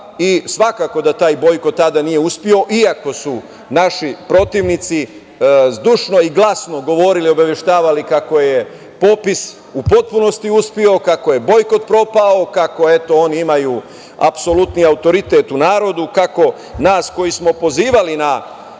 i svakako da taj bojkot tada nije uspeo, iako su naši protivnici zdušno i glasno govorili i obaveštavali kako je popis u potpunosti uspeo, kako je bojkot propao, kako oni, eto oni imaju apsolutni autoritet u narodu, kako nas koji smo pozivali na